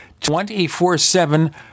24-7